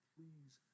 Please